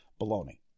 Baloney